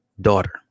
daughter